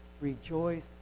rejoice